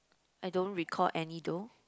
I don't recall any though